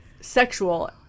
sexual